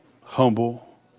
humble